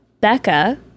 Becca